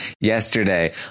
yesterday